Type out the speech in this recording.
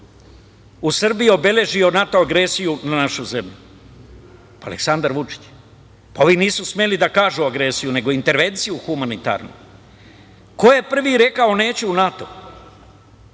u Srbiji obeležio NATO agresiju na našu zemlju? Pa, Aleksandar Vučić. Pa, ovi nisu smeli da kažu „agresija“ nego „intervencija humanitarna“.Ko je prvi rekao neću u NATO?